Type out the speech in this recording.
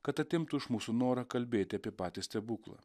kad atimtų iš mūsų norą kalbėti apie patį stebuklą